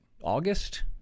August